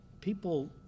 people